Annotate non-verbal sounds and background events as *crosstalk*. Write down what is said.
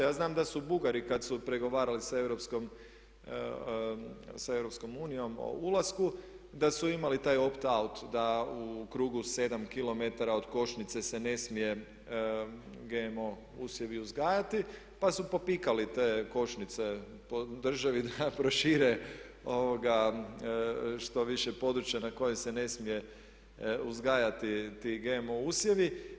Ja znam da su Bugari kad su pregovarali sa EU o ulasku, da su imali taj … *unintelligible* da u krugu 7 km od košnice se ne smije GMO usjevi uzgajati, pa su popikali te košnice po državi da prošire što više područja na kojem se ne smije uzgajati ti GMO usjevi.